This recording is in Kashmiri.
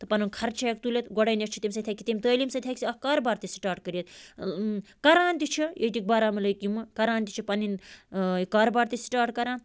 تہٕ پَنُن خرچہٕ ہٮ۪کہِ تُلِتھ گۄڈَے نٮ۪تھ چھُ تٔمۍ سۭتۍ ہٮ۪کہِ تٔمۍ تعلیٖم سۭتۍ ہٮ۪کہِ سُہ اَکھ کاربار تہِ سِٹاٹ کٔرِتھ کَران تہِ چھُ ییٚتِکۍ بارہمولہٕکۍ یِمہٕ کَران تہِ چھِ پَنٕنۍ کاربار تہِ سِٹاٹ کَران